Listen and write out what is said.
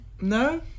No